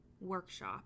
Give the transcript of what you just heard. workshop